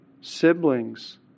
siblings